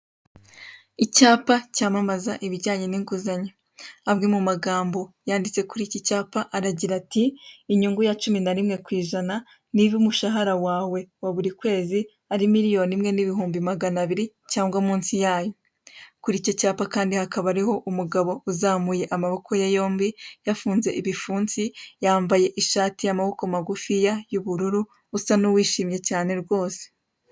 Icyapa cyamamaza ibijyanye n'inguzanyo. Amwe mu magambo yanditse muri iki cyapa aragira ati:" Inyungu ya cumi na rimwe ku ijana niba umushahara wawe wa buri kwezi ari miriyoni imwe n'ibihumbi magana abiri, cyangwa se munsi yayo." Kuri icyo cyapa kandi hakaba hariho umugabo uzamuye amaboko ye yombi yafunze ibipfunsi, yambaye ishati y'amaboko magufiya y'ubururu usa n'uwishimye cyane rwose.